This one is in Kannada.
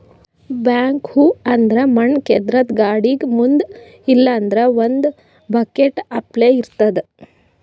ಬ್ಯಾಕ್ಹೊ ಅಂದ್ರ ಮಣ್ಣ್ ಕೇದ್ರದ್ದ್ ಗಾಡಿಗ್ ಮುಂದ್ ಇಲ್ಲಂದ್ರ ಒಂದ್ ಬಕೆಟ್ ಅಪ್ಲೆ ಇರ್ತದ್